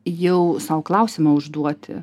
jau sau klausimą užduoti